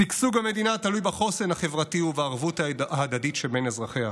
שגשוג המדינה תלוי בחוסן החברתי ובערבות ההדדית שבין אזרחיה.